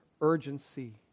urgency